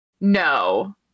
no